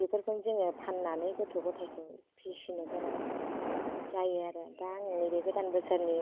बेफोरखौनो जोङो फाननानै गथ' गथायखौ फिसिनो गोनां जायो आरो दा आं नैबे गोदान बोसोरनि